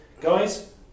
guys